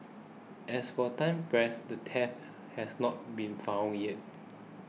as of time press the thief has not been found yet